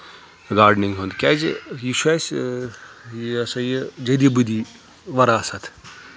gardening ہُنٛد کیازِ یہِ چھُ اَسہِ یہِ ہَسا یہِ جدی بدی وَراثت